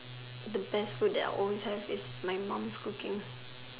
the best food that I'll always have is my mom's cooking